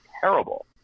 terrible